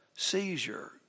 seizure